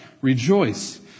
rejoice